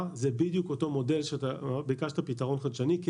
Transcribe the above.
הוא בדיוק אותו מודל שביקשת כפתרון חדשני,